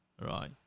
Right